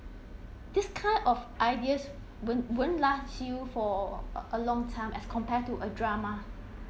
this kind of ideas won't won't last you for a long time as compared to a drama